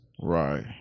Right